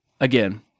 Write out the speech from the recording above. again